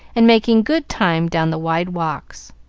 and making good time down the wide walks.